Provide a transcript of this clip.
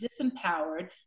disempowered